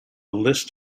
list